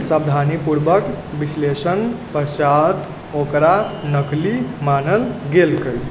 सावधानीपूर्वक विश्लेषण पश्चात् ओकरा नकली मानल गेलकै